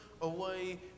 away